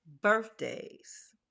birthdays